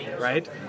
right